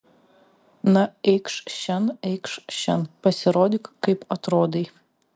na eikš šen eikš šen pasirodyk kaip atrodai